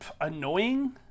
annoying